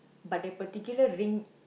but that particular ring